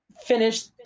finish